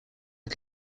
are